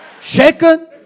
shaken